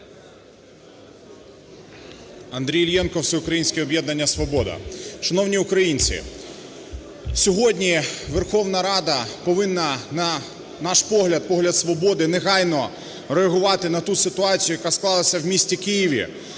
Андрій Іллєнко, Всеукраїнське об'єднання "Свобода". Шановні українці, сьогодні Верховна Рада повинна, на наш погляд, погляд "Свободи", негайно реагувати на ту ситуацію, яка склалася в місті Києві,